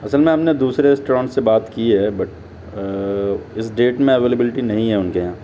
اصل میں ہم نے دوسرے ریسٹوران سے بات کی ہے بٹ اس ڈیٹ میں اویلیبلٹی نہیں ہے ان کے یہاں